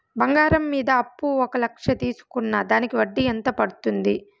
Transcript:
బంగారం మీద అప్పు ఒక లక్ష తీసుకున్న దానికి వడ్డీ ఎంత పడ్తుంది?